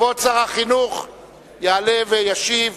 יעלה וישיב